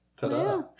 Ta-da